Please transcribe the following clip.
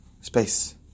space